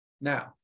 Now